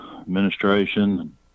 administration